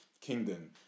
kingdom